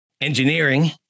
engineering